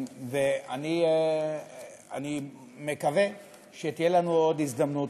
ואני מקווה שתהיה לנו עוד הזדמנות,